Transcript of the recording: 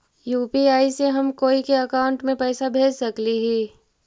UPI से हम कोई के अकाउंट में पैसा भेज सकली ही?